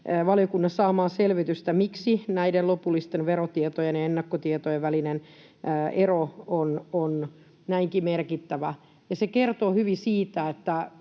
valiokunnan saamaa selvitystä, miksi näiden lopullisten verotietojen ja ennakkotietojen välinen ero on näinkin merkittävä. Se kertoo hyvin siitä,